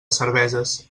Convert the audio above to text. cerveses